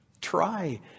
Try